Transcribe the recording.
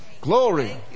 Glory